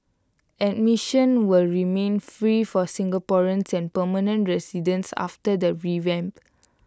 admission will remain free for Singaporeans and permanent residents after the revamp